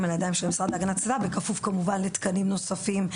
לידיים של המשרד להגנת הסביבה בכפוף כמובן לתקנים נוספים.